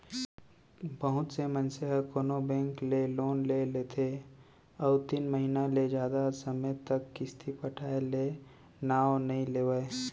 बहुत से मनसे ह कोनो बेंक ले लोन ले लेथे अउ तीन महिना ले जादा समे तक किस्ती पटाय के नांव नइ लेवय